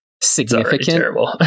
significant